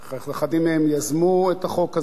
אחדים מהם יזמו את החוק הזה,